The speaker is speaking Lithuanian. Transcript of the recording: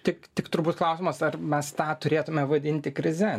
tik tik turbūt klausimas ar mes tą turėtume vadinti krize